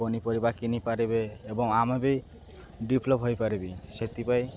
ପନିପରିବା କିଣି ପାରିବେ ଏବଂ ଆମେ ବି ଡେଭ୍ଲପ୍ ହୋଇପାରିବୁ ସେଥିପାଇଁ